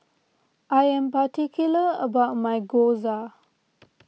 I am particular about my Gyoza